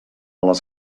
les